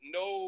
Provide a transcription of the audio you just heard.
no